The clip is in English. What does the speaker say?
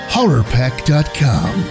HorrorPack.com